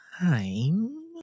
time